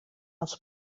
els